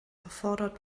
erfordert